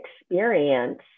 experience